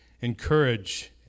encourage